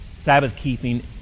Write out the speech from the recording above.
Sabbath-keeping